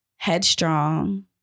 headstrong